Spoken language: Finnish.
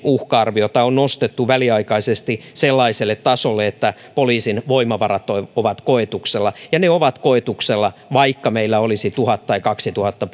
uhka arviota on nostettu väliaikaisesti sellaiselle tasolle että poliisin voimavarat ovat ovat koetuksella ja ne ovat koetuksella vaikka meillä olisi tuhat tai kaksituhatta